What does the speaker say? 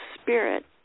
spirit